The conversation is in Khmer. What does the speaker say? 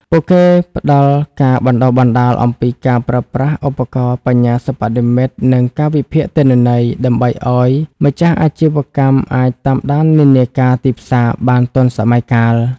ពួកគេផ្ដល់ការបណ្ដុះបណ្ដាលអំពីការប្រើប្រាស់ឧបករណ៍បញ្ញាសិប្បនិម្មិត និងការវិភាគទិន្នន័យ ដើម្បីឱ្យម្ចាស់អាជីវកម្មអាចតាមដាននិន្នាការទីផ្សារបានទាន់សម័យកាល។